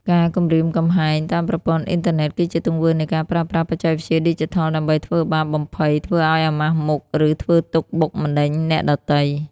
ការគំរាមកំហែងតាមប្រព័ន្ធអ៊ីនធឺណិត គឺជាទង្វើនៃការប្រើប្រាស់បច្ចេកវិទ្យាឌីជីថលដើម្បី ធ្វើបាប បំភ័យ ធ្វើឲ្យអាម៉ាស់មុខ ឬធ្វើទុក្ខបុកម្នេញ អ្នកដទៃ។